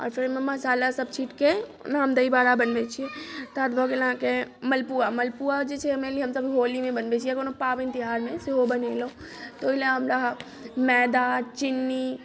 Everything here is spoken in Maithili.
आओर फेर ओहिमे मशाला सब छिटके ओहिमे हम दहीबाड़ा बनबैत छी तकरबाद भऽ गेल अहाँकेँ मलपुआ मलपुआ जे छै मानि ली हमसब होलीमे बनबैत छी या कओनो पाबनि तिहारमे सेहो बनेलहुँ तऽ ओहिला हमरा मैदा चीनी